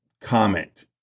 comment